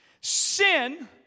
Sin